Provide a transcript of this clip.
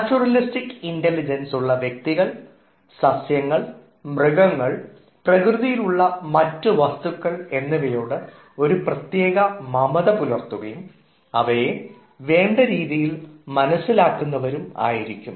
നാച്ചുറലിസ്റ്റ്ക്ക് intelligence ഉള്ള വ്യക്തികൾ സസ്യങ്ങൾ മൃഗങ്ങൾ പ്രകൃതിയിലുള്ള മറ്റ് വസ്തുക്കൾ എന്നിവയോട് ഒരു പ്രത്യേക മമത പുലർത്തുകയും അവയെ വേണ്ടരീതിയിൽ മനസ്സിലാക്കുന്നവരും ആയിരിക്കും